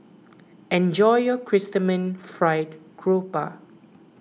enjoy your Chrysanthemum Fried Garoupa